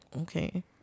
okay